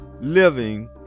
living